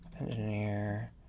engineer